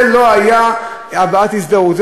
זאת לא הייתה הבעת הזדהות,